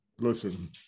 listen